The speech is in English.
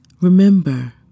Remember